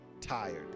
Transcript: tired